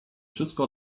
wszystko